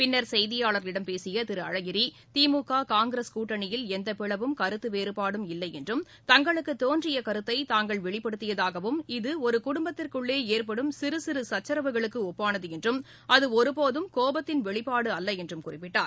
பின்னர் செய்தியாளர்களிடம் பேசியதிருஆகிரி கட்டணியில் திமுக காங்கிரஸ் எந்தபிளவும் கருத்துவேறபாடும் இல்லஎன்றம் தங்களுக்குதோன்றியகருத்தைதாங்கள் வெளிப்படுத்தியதாகவும் இத ஒருகுடும்பத்திற்குஉள்ளேஏற்படும் சிறுச்சரவுகளுக்குஒப்பானதுஎன்றும் அதுஒருபோதும் னோபத்தின் வெளிப்பாடுஅல்லஎன்றும் குறிப்பிட்டார்